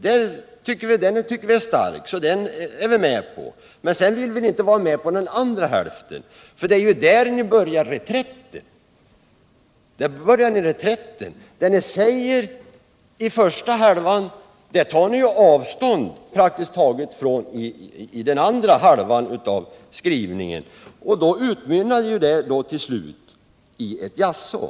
Den tycker vi är stark, och den är vi med på. Men den andra hälften vill vi inte vara med på. För det är ju där ni börjar reträtten. Det som ni säger i den första halvan tar ni praktiskt taget avstånd från i den andra. Därför utmynnar hela skrivningen till slut i ett jaså.